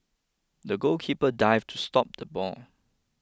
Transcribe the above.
the goalkeeper dived to stop the ball